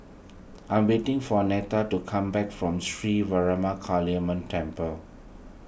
I'm waiting for Neta to come back from Sri Vairavima Kaliamman Temple